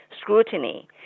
scrutiny